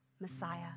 Messiah